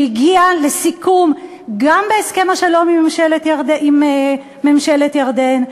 שהגיע לסיכום גם בהסכם השלום עם ממשלת ירדן,